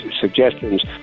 suggestions